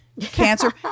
cancer